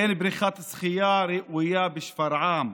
אין בריכת שחייה ראויה בשפרעם,